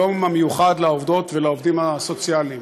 היום המיוחד לעובדות ולעובדים הסוציאליים.